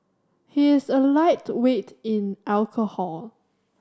he is a lightweight in alcohol